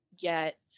get